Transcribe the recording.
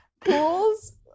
pools